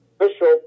official